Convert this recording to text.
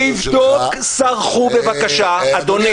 תבדוק "סרחו", בבקשה, אדוני.